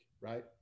right